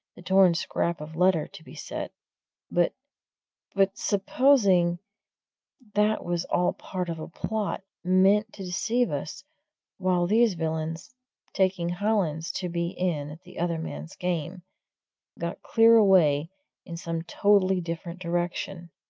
the torn scrap of letter to be set but but supposing that was all part of a plot, meant to deceive us while these villains taking hollins to be in at the other man's game got clear away in some totally different direction?